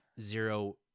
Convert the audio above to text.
zero